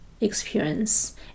experience